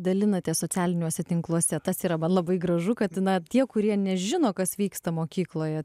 dalinatės socialiniuose tinkluose tas yra labai gražu kad na tie kurie nežino kas vyksta mokykloje